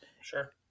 Sure